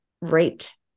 raped